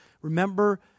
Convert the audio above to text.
Remember